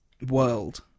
World